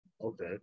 Okay